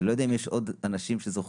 אני לא יודע אם יש עוד אנשים שזוכים